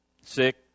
sick